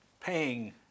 paying